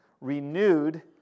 renewed